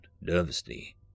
nervously